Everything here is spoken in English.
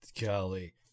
Golly